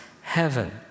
heaven